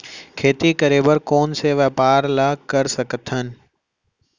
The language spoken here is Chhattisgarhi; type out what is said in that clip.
खेती करे बर कोन से व्यापार ला कर सकथन?